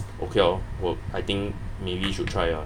okay lor 我 I think maybe should try uh